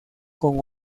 con